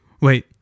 Wait